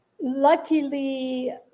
luckily